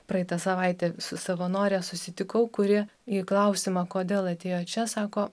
praeitą savaitę su savanore susitikau kuri į klausimą kodėl atėjo čia sako